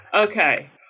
Okay